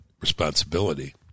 responsibility